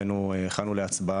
הכנו להצבעה,